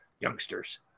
youngsters